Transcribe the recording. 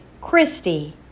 Christy